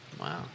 Wow